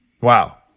wow